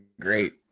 great